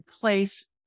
place